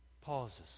pauses